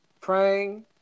praying